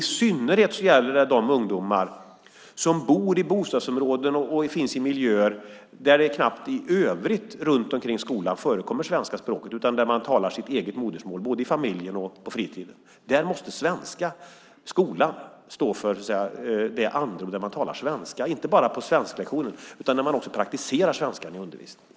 I synnerhet gäller det de ungdomar som bor i bostadsområden och som finns i miljöer där det svenska språket knappt förekommer runt omkring skolan, utan de talar sitt eget modersmål både i familjen och på fritiden. Där måste svenska skolan stå för, så att säga, det andrum där man talar svenska, inte bara på svensklektionerna, utan man praktiserar också svenskan i undervisningen.